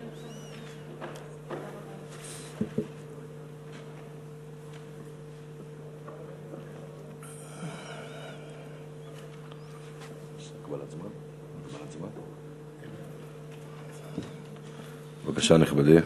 בבקשה, נכבדי.